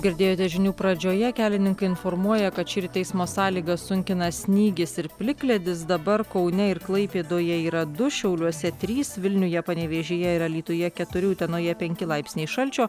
girdėjote žinių pradžioje kelininkai informuoja kad šįryt eismo sąlygas sunkina snygis ir plikledis dabar kaune ir klaipėdoje yra du šiauliuose trys vilniuje panevėžyje ir alytuje keturi utenoje penki laipsniai šalčio